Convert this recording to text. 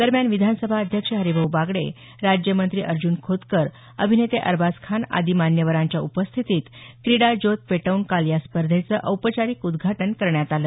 दरम्यान विधानसभा अध्यक्ष हरिभाऊ बागडे राज्यमंत्री अर्ज्न खोतकरअभिनेते अरबाज खान आदी मान्यवरांच्या उपस्थितीत क्रिडा ज्योत पेटवून काल या स्पर्धेचं औपचारिक उद्घाटन करण्यात आलं